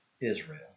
Israel